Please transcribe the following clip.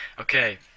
Okay